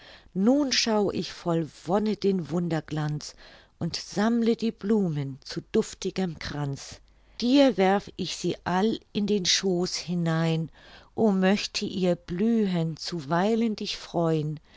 nun schau ich voll wonne den wunderglanz und sammle die blumen zu duftigem kranz dir werf ich sie all in den schoos hinein o möchte ihr blühen zuweilen dich freu'n